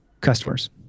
customers